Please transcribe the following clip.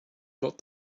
got